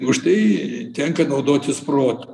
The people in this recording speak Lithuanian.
už tai tenka naudotis protu